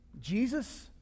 jesus